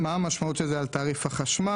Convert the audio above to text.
המשמעות של האומדן לגבי תעריף החשמל: